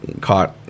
caught